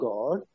God